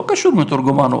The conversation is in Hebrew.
לא קשור מתורגמן,